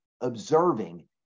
observing